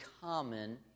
common